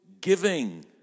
giving